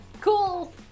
Cool